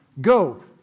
go